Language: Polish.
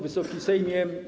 Wysoki Sejmie!